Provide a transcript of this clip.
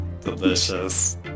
Delicious